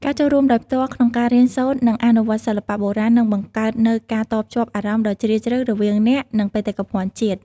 ការចូលរួមដោយផ្ទាល់ក្នុងការរៀនសូត្រ និងអនុវត្តសិល្បៈបុរាណនឹងបង្កើតនូវការតភ្ជាប់អារម្មណ៍ដ៏ជ្រាលជ្រៅរវាងអ្នក និងបេតិកភណ្ឌជាតិ។